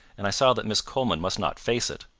and i saw that miss coleman must not face it.